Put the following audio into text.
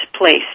place